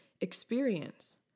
experience